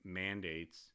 mandates